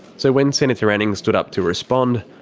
so when senator anning stood up to respond,